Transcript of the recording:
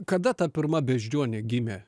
kada ta pirma beždžionė gimė